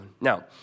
Now